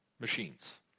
machines